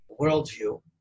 worldview